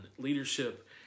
leadership